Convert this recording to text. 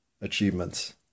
achievements